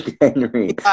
Henry